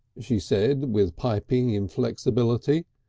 she said with piping inflexibility,